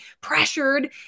pressured